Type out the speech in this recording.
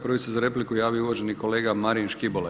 Prvi se za repliku javio uvaženi kolega Marin Škibola.